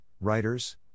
Writers